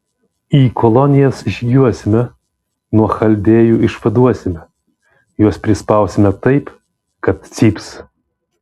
į kolonijas žygiuosime nuo chaldėjų išvaduosime juos prispausime taip kad cyps